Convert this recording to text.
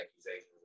accusations